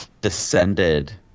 Descended